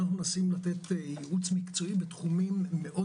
אנחנו מנסים לתת ייעוץ מקצועי בתחומים מאוד